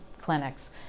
clinics